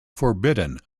forbidden